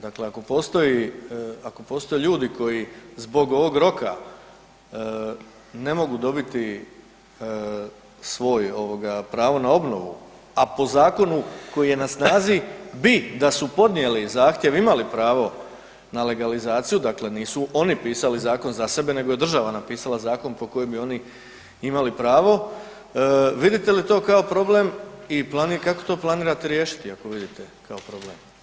Dakle, ako postoje ljudi koji zbog ovog roka ne mogu dobiti svoj pravo na obnovu, a po zakonu koji je na snazi bi, da su podnijeli zahtjev imali pravo na legalizaciju, dakle nisu oni pisali zakon za sebe, nego je država napisala zakon po kojem bi oni imali pravo, vidite li to kao problem i kako to planirate riješiti ako vidite kao problem?